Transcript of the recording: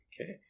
Okay